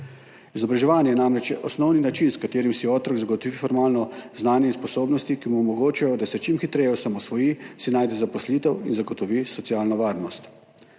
Izobraževanje je namreč osnovni način, s katerim si otrok zagotovi formalno znanje in sposobnosti, ki mu omogočajo, da se čim hitreje osamosvoji, si najde zaposlitev in zagotovi socialno varnost.